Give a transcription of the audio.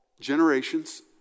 generations